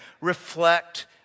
reflect